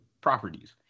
properties